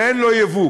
ואין לו יבוא.